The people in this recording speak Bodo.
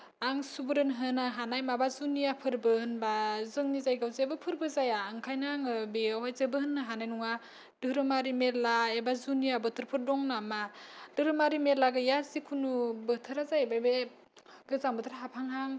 आं सुबुरुन होनो हानाय माबा जुनिया फोरबो होनबा जोंनि जायगायाव जेबो फोरबो जाया ओंखायनो आङो बेयावहाय जेबो होननो हानाय नङा धोरोमारि मेला जेबो जुनिया बोथोरफोर दं नामा धोरोमारि मेला गैया जिखुनु बोथोरा जाहैबाय बे गोजां बोथोर हाबहांहां